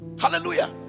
hallelujah